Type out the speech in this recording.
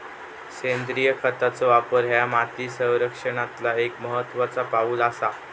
सेंद्रिय खतांचो वापर ह्या माती संरक्षणातला एक महत्त्वाचा पाऊल आसा